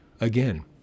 again